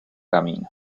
camino